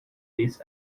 this